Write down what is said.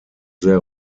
sehr